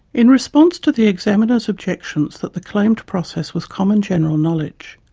in response to the examiner's objections that the claimed process was common general knowledge,